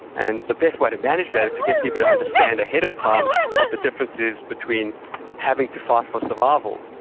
and the best way to manage that is to get people to understand ahead of time what the difference is between having to fight for survival,